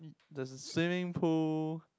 there's a swimming pool